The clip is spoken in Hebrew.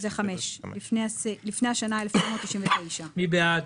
זה 5, 'לפני השנה 1999'. מי בעד?